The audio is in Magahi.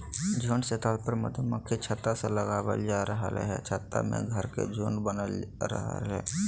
झुंड से तात्पर्य मधुमक्खी छत्ता से लगावल जा रहल हई छत्ता में घर के झुंड बनल रहई हई